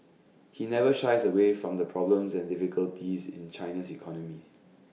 he never shies away from the problems and difficulties in China's economy